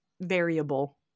variable